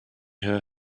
her